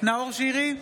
נאור שירי,